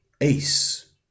Ace